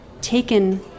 taken